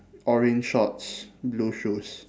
orange shorts blue shoes